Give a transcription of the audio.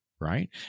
right